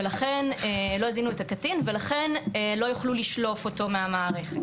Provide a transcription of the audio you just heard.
ולכן לא יכלו לשלוף אותו מהמערכת.